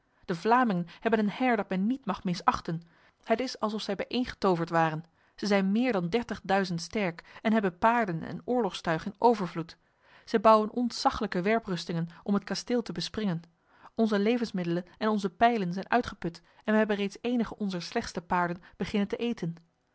de vlamingen hebben een heir dat men niet mag misachten het is alsof zij bijeengetoverd waren zij zijn meer dan dertigduizend sterk en hebben paarden en oorlogstuig in overvloed zij bouwen ontzaglijke werprustingen om het kasteel te bespringen onze levensmiddelen en onze pijlen zijn uitgeput en wij hebben reeds enige onzer slechtste paarden beginnen te eten